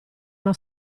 una